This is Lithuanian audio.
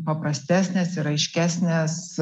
paprastesnės ir aiškesnės